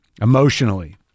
emotionally